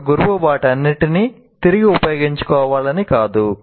ఒక గురువు వాటన్నింటినీ తిరిగి ఉపయోగించుకోవాలని కాదు